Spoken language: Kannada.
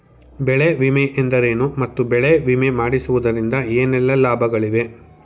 ಬೆಳೆ ವಿಮೆ ಎಂದರೇನು ಮತ್ತು ಬೆಳೆ ವಿಮೆ ಮಾಡಿಸುವುದರಿಂದ ಏನೆಲ್ಲಾ ಲಾಭಗಳಿವೆ?